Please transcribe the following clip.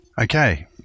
Okay